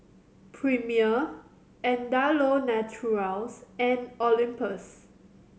Premier Andalou Naturals and Olympus